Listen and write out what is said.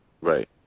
Right